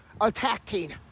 attacking